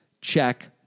check